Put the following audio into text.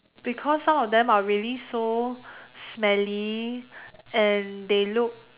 because some of them are really so smelly and they look